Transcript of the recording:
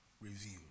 reviews